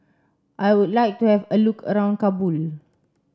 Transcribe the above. I would like to have a look around Kabul